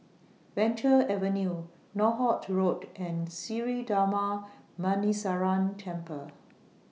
Venture Avenue Northolt Road and Sri Darma Muneeswaran Temple